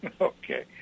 Okay